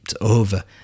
over